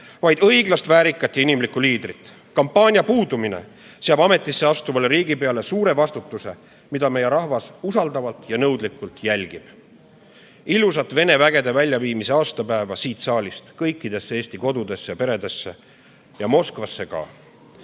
vaid õiglast, väärikat ja inimlikku liidrit. Kampaania puudumine seab ametisse astuvale riigipeale suure vastutuse, mida meie rahvas usaldavalt ja nõudlikult jälgib. Soovin siit saalist ilusat Vene vägede väljaviimise aastapäeva kõikidesse Eesti kodudesse, peredesse ja Moskvasse ka!